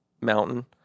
mountain